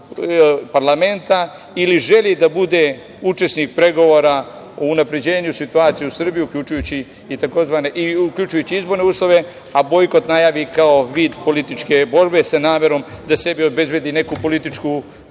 parlamenta ili želi da bude učesnik pregovora o unapređenju situacije u Srbiji, uključujući i izborne uslove, a bojkot najavi kao vid političke borbe sa namerom da sebi obezbedi neku političku